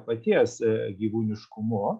paties gyvūniškumu